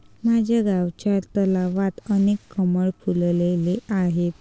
माझ्या गावच्या तलावात अनेक कमळ फुलले आहेत